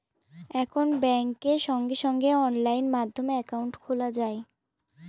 এখন ব্যাঙ্কে সঙ্গে সঙ্গে অনলাইন মাধ্যমে একাউন্ট খোলা যায়